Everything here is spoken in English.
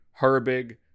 Herbig